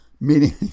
meaning